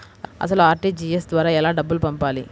అసలు అర్.టీ.జీ.ఎస్ ద్వారా ఎలా డబ్బులు పంపాలి?